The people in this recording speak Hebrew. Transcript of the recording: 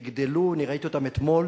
ויגדלו, אני ראיתי אותם אתמול